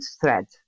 thread